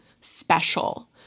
special